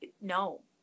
no